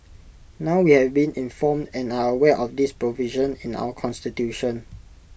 now we have been informed and are aware of this provision in our Constitution